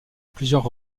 plusieurs